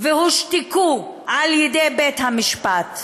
והם הושתקו על ידי בית המשפט.